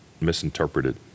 misinterpreted